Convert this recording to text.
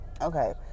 okay